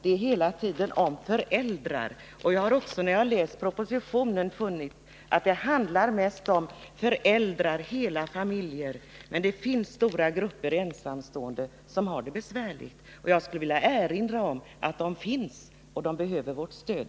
Det är hela tiden tal om föräldrar. Jag har också, när jag läst propositionen, funnit att det mest handlar om föräldrar, hela familjer. Men det finns stora grupper ensamstående som har det besvärligt. Jag skulle vilja erinra om att de finns och att de behöver vårt stöd.